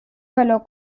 verlor